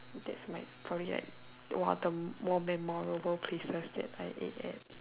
that's my story right one of the more memorable places that I ate at